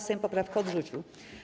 Sejm poprawkę odrzucił.